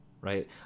right